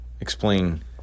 explain